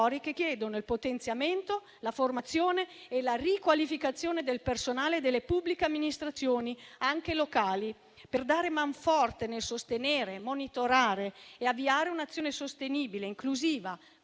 che chiedono il potenziamento, la formazione e la riqualificazione del personale delle pubbliche amministrazioni, anche locali, per dare man forte nel sostenere, monitorare e avviare un'azione sostenibile, inclusiva,